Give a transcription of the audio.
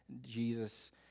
Jesus